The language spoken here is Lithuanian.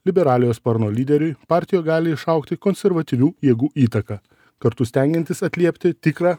liberaliojo sparno lyderiui partijo gali išaugti konservatyvių jėgų įtaka kartu stengiantis atliepti tikrą